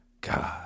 God